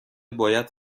باید